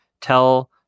Tell